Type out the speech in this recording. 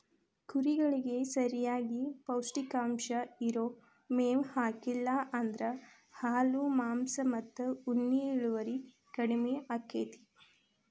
ಕುರಿಗಳಿಗೆ ಸರಿಯಾಗಿ ಪೌಷ್ಟಿಕಾಂಶ ಇರೋ ಮೇವ್ ಹಾಕ್ಲಿಲ್ಲ ಅಂದ್ರ ಹಾಲು ಮಾಂಸ ಮತ್ತ ಉಣ್ಣೆ ಇಳುವರಿ ಕಡಿಮಿ ಆಕ್ಕೆತಿ